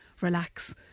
relax